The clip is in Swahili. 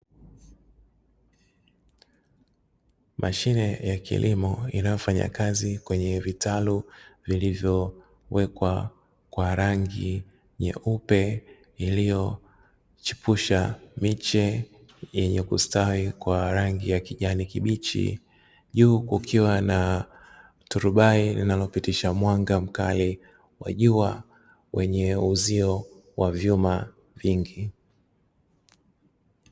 Mashine ya kilimo inayofanya kazi kwenye vitalu vilivyowekwa kwa rangi nyeupe iliyochipusha miche yenye kustawi kwa rangi ya kijani kibichi, juu kukiwa na turubai linalopitisha mwanga mkali wa jua wenye uzio wa vyuma vingi.